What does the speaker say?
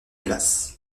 place